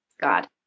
God